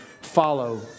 follow